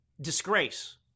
Disgrace